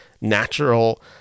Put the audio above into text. natural